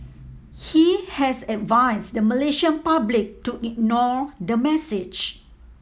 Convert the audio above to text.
he has advised the Malaysian public to ignore the message